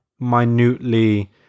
Minutely